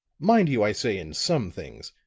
mind you, i say in some things.